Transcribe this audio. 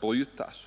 brutits.